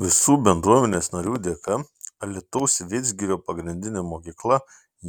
visų bendruomenės narių dėka alytaus vidzgirio pagrindinė mokykla